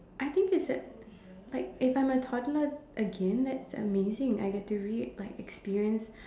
I think it's a like if I'm a toddler again that's amazing I get to re~ like experience